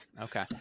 okay